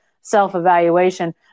self-evaluation